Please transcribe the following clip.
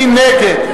מי נגד?